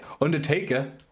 Undertaker